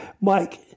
Mike